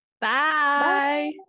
bye